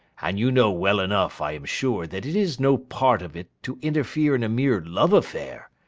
and you know well enough, i am sure, that it is no part of it to interfere in a mere love affair,